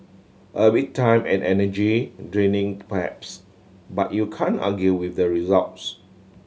a bit time and energy draining perhaps but you can argue with the results